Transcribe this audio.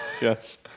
Yes